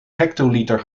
hectoliter